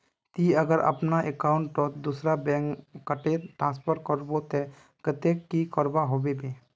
ती अगर अपना अकाउंट तोत दूसरा बैंक कतेक ट्रांसफर करबो ते कतेक की करवा होबे बे?